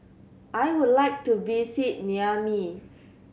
I would like to visit Niamey